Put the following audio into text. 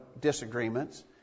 disagreements